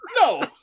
No